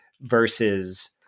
versus